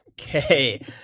okay